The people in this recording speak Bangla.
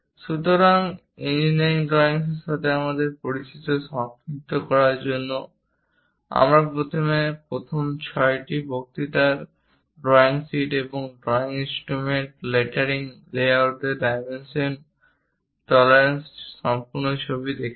সুতরাং ইঞ্জিনিয়ারিং ড্রয়িংয়ের সাথে আমাদের পরিচিতি সংক্ষিপ্ত করার জন্য আমরা প্রথমে প্রথম ছয়টি বক্তৃতায় drawing sheet drawing instrument lettering লেআউটের ডাইমেনশন টলারেন্সস সম্পূর্ণ ছবি দেখেছি